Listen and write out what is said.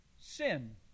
Sin